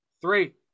Three